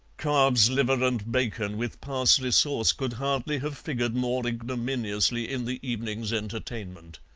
calves' liver and bacon, with parsley sauce, could hardly have figured more ignominiously in the evening's entertainment.